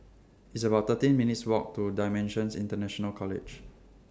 It's about thirteen minutes' Walk to DImensions International College